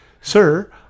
Sir